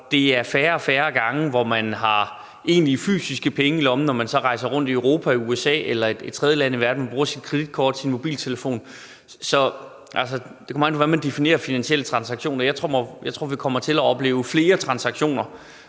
det er færre og færre gange, at man egentlig har fysiske penge i lommen, når man rejser rundt i Europa, USA eller et tredje land i verden og bruger sit kreditkort og sin mobiltelefon. Så det kommer an på, hvordan man definerer finansielle transaktioner. Jeg tror, at vi kommer til at opleve flere transaktioner